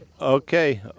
okay